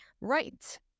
right